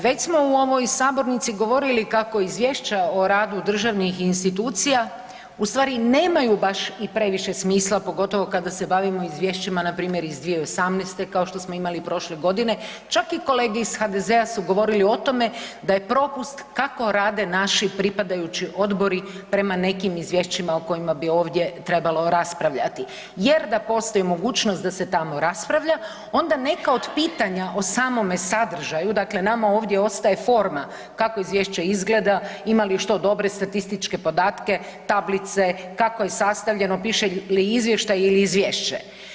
Već smo u ovoj sabornici govorili kako izvješća o radu državnih institucija u stvari i nemaju baš i previše smisla pogotovo kada se bavimo izvješćima iz 2018. klao što smo imali prošle godine, čak i kolege iz HDZ-a su govorili o tome da je propust kako rade naši pripadajući odbori prema nekim izvješćima o kojima bi ovdje trebalo raspravljati jer da postoji mogućnost da se tamo raspravlja onda neka od pitanja o samome sadržaju dakle nama ovdje ostaje forma kako izvješće izgleda, ima li što dobre statističke podatke, tablice, kako je sastavljeno, piše li izvještaj ili izvješće.